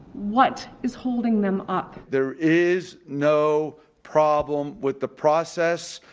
what is holding them up? there is no problem with the process.